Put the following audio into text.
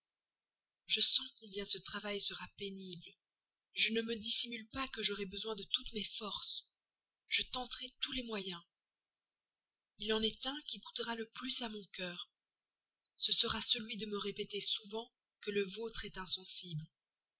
je sens combien ce travail sera pénible je ne me dissimule pas que j'aurai besoin de toutes mes forces je tenterai tous les moyens il en est un qui coûtera le plus à mon cœur ce sera celui de me répéter souvent que le vôtre est